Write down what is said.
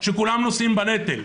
שכולם נושאים בנטל.